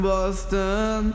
Boston